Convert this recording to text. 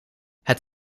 het